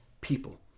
people